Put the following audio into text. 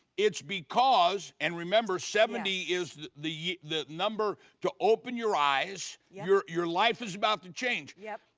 it's because and remember seventy is the the number to open your eyes. your your life is about to change. yep.